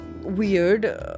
weird